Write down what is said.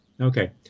Okay